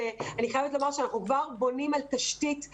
אני חייבת לומר שאנחנו כבר בונים תשתית בשיתוף.